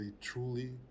truly